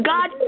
God